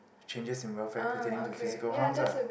changes in welfare pertaining to physical harms ah